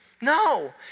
No